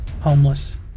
Homeless